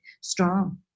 strong